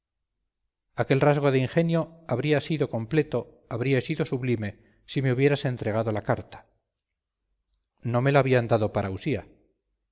mostrarse aquel rasgo de ingenio habría sido completo habría sido sublime si me hubieras entregado la carta no me la habían dado para usía